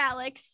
Alex